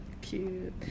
Cute